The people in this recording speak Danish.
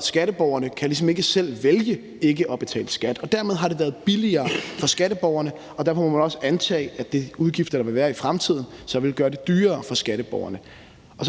skatteborgerne ligesom ikke selv kan vælge ikke at betale skat. Dermed har det været billigere for skatteborgerne, og derfor må man også antage, at de udgifter, der vil være i fremtiden, så vil gøre det dyrere for skatteborgerne.